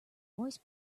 voice